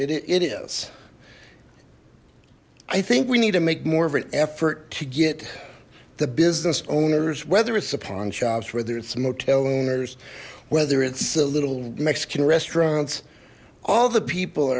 it is i think we need to make more of an effort to get the business owners whether it's a pawn shops whether it's motel owners whether it's a little mexican restaurants all the people